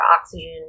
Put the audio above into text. oxygen